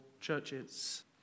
churches